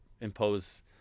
impose